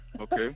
Okay